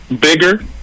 bigger